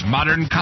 Modern